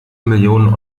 millionen